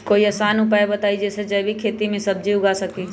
कोई आसान उपाय बताइ जे से जैविक खेती में सब्जी उगा सकीं?